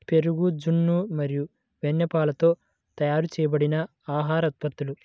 పెరుగు, జున్ను మరియు వెన్నపాలతో తయారు చేయబడిన ఆహార ఉత్పత్తులు